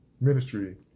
ministry